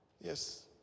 Yes